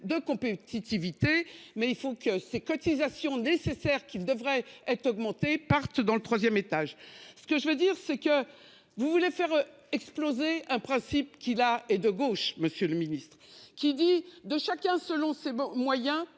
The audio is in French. de compétitivité. Mais il faut que ces cotisations nécessaire qu'qui devrait être augmentée partent dans le 3ème étage. Ce que je veux dire ce que vous voulez faire exploser un principe qui là et de gauche, Monsieur le Ministre. Qui dit De chacun selon ses moyens